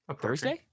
Thursday